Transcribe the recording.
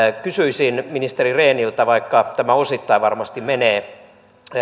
kysyisin ministeri rehniltä vaikka tämä osittain varmasti menee